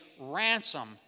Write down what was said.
ransom